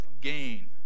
gain